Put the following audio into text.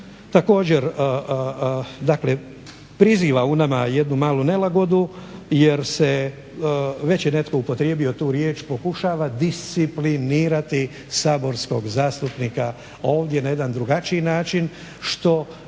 dakle priziva u nama jednu malu nelagodu jer se već je netko upotrijebio tu riječ pokušava disciplinirati saborskog zastupnika ovdje na jedan drugačiji način što